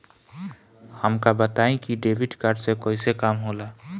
हमका बताई कि डेबिट कार्ड से कईसे काम होला?